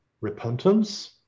repentance